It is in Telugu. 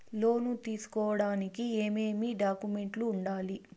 లోను తీసుకోడానికి ఏమేమి డాక్యుమెంట్లు ఉండాలి